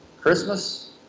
Christmas